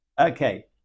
Okay